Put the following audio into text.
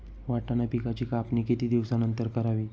वाटाणा पिकांची कापणी किती दिवसानंतर करावी?